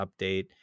update